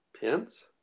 pence